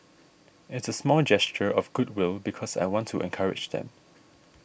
it's a small gesture of goodwill because I want to encourage them